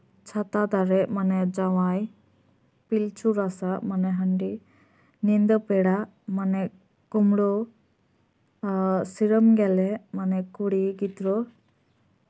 ᱪᱷᱟᱛᱟ ᱫᱟᱨᱮ ᱢᱟᱱᱮ ᱡᱟᱶᱟᱭ ᱯᱤᱞᱪᱩ ᱨᱟᱥᱟ ᱢᱟᱱᱮ ᱦᱟᱺᱰᱤ ᱧᱤᱸᱫᱟᱹᱯᱮᱲᱟ ᱢᱟᱱᱮ ᱠᱳᱢᱵᱽᱲᱳ ᱮᱸᱜ ᱥᱤᱨᱚᱢ ᱜᱮᱞᱮ ᱢᱟᱱᱮ ᱠᱩᱲᱤ ᱜᱤᱫᱽᱨᱟᱹ